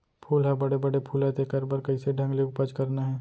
फूल ह बड़े बड़े फुलय तेकर बर कइसे ढंग ले उपज करना हे